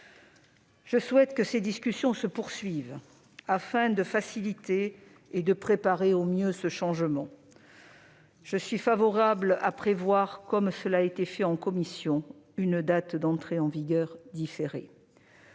Je souhaite que ces discussions se poursuivent. Afin de faciliter et de préparer au mieux ce changement, je souhaite également que soit retenue, comme l'a fait la commission, une date d'entrée en vigueur différée.